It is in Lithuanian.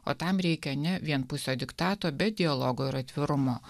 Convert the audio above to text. o tam reikia ne vienpusio diktato be dialogo ir atvirumo